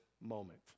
moment